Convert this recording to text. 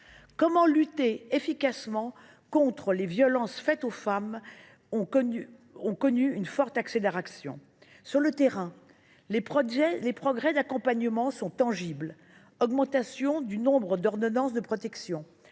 de lutte contre les violences faites aux femmes ont connu une forte accélération. Sur le terrain, les progrès d’accompagnement sont tangibles, avec l’augmentation du nombre d’ordonnances de protection,